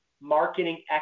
marketing